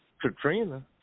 Katrina